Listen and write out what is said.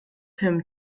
him